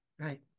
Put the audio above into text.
Right